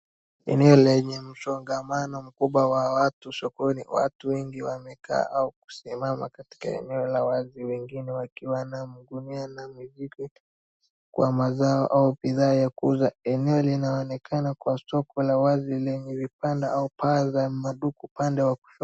Eneo lenye msongamano mkubwa wa watu sokoni. Watu wengi wamekaa au kusimama katika eneo la wazi wengine wakiwa na mgunia na mijike kwa mazao au bidhaa za kuuza. Eneo linaonekana kwa soko la wazi lenye vibanda au paa la maduka upande wa kushoto.